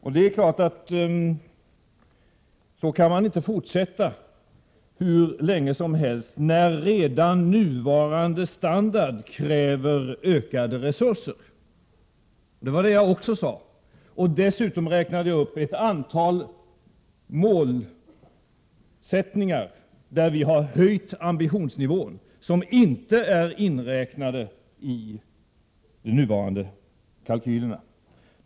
Så kan man naturligtvis inte fortsätta hur länge som helst när redan nuvarande standard ställer krav på ökade resurser. Det sade jag också. Dessutom räknade jag upp ett antal mål där vi höjt ambitionsnivån, mål som inte är inräknade i de nuvarande kalkylerna.